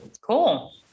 cool